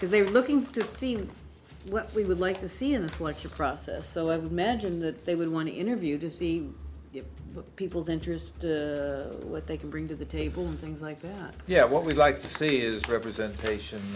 because they were looking to see what we would like to see in this like your process so i would imagine that they would want to interview to see the people's interest what they can bring to the table things like that yeah what we'd like to see is representation